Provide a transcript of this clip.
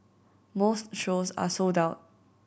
most shows are sold out